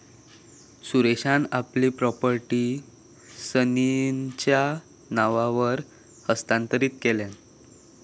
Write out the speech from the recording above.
सुरेशान आपली प्रॉपर्टी सचिनच्या नावावर हस्तांतरीत केल्यान